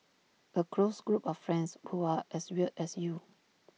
A close group of friends who are as weird as you